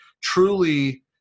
truly